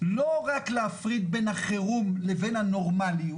לא רק להפריד בין החירום לבין הנורמליות